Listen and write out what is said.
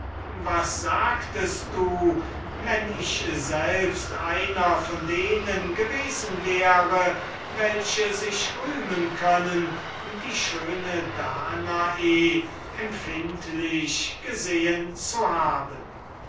was sagtest du wenn ich selbst einer von denen gewesen wäre welche sich rühmen können die schöne danae empfindlich gesehen zu haben